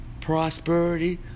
prosperity